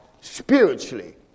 spiritually